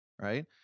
Right